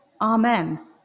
Amen